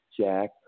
Jack